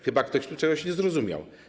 Chyba ktoś tu czegoś nie zrozumiał.